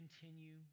continue